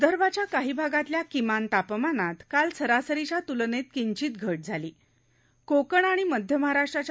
विदर्भाच्या काही भागातल्या किमान तापमानात काल सरासरीच्या तुलनेत किंचित घट झाली कोकण आणि मध्य महाराष्ट्राच्या